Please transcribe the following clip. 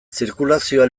zirkulazioa